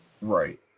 Right